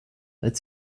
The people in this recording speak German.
als